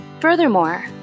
Furthermore